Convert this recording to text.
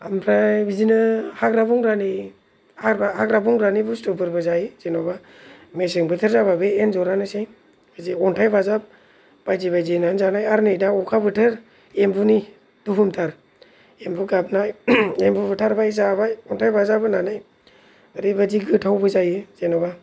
ओमफ्राय बिदिनो हाग्रा बंग्रानि हाग्रा हाग्रा बंग्रानि बसथुफोरबो जायो जेन'बा मेसें बोथोर जाबा बे एनजरानोसै अन्थाइबाजाब बायदि बायदि होनानै जानाय आरो नै दा अखा बोथोर एम्बुनि दुहुमथार एम्बु गाबनाय एम्बु बुथारबाय जाबाय अन्थाइबाजाब होनानै ओरैबायदि गोथावबो जायो जेन'बा